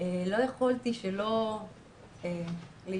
לא יכולתי שלא להתעצב